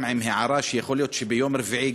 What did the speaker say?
וגם עם הערה שיכול להיות שביום רביעי,